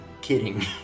kidding